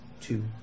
two